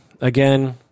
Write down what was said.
Again